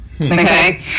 okay